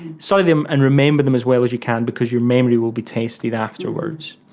sort of them and remember them as well as you can because your memory will be tested afterwards.